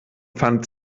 pfand